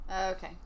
okay